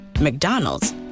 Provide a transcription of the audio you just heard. McDonald's